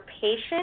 patient